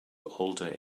older